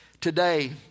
Today